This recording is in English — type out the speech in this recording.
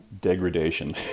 degradation